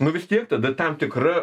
nu vis tiek tada tam tikra